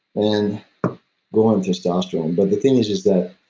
then go on testosterone. but the thing is is that